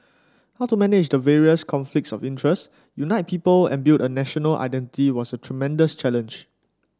how to manage the various conflicts of interest unite people and build a national identity was a tremendous challenge